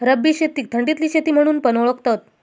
रब्बी शेतीक थंडीतली शेती म्हणून पण ओळखतत